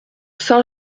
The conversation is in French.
saint